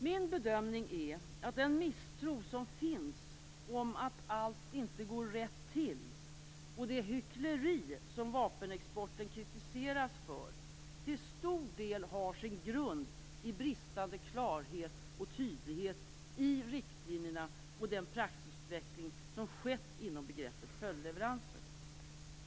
Min bedömning är att den misstro som finns om att allt inte går rätt till och det hyckleri som vapenexporten kritiseras för till stor del har sin grund i bristande klarhet och tydlighet i riktlinjerna och den praxisutveckling som skett inom begreppet följdleveranser.